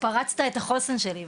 פרצת את החוסן שלי.